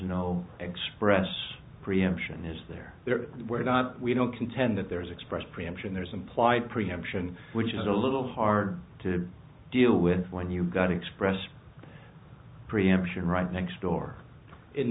no express preemption is there there were not we don't contend that there is express preemption there's implied preemption which is a little hard to deal with when you've got express pre emption right next door in